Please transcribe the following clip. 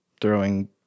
throwing